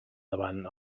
davant